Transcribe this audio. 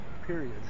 Period